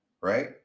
right